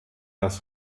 das